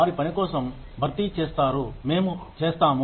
వారి పని కోసం భర్తీ చేస్తారు మేము చేస్తాము